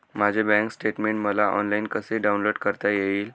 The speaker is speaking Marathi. माझे बँक स्टेटमेन्ट मला ऑनलाईन कसे डाउनलोड करता येईल?